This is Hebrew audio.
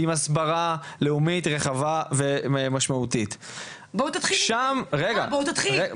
עם הסברה לאומית רחבה ומשמעותית --- בואו תתחילו עם זה --- רגע,